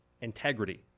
integrity